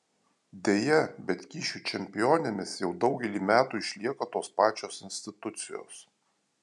deja bet kyšių čempionėmis jau daugelį metų išlieka tos pačios institucijos